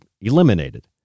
eliminated